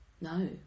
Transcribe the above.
no